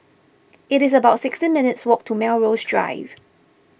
it's about sixteen minutes' walk to Melrose Drive